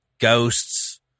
ghosts